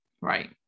Right